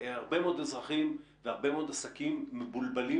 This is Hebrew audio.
הרבה מאוד אזרחים והרבה מאוד עסקים מבולבלים